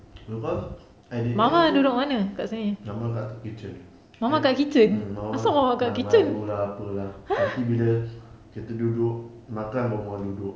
because at the end itu mama dekat kitchen and mm mama malu malu lah apa lah nanti bila kita duduk makan baru mama duduk